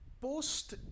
post